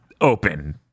open